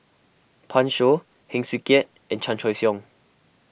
Pan Shou Heng Swee Keat and Chan Choy Siong